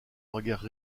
regard